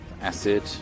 Acid